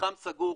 מתחם סגור,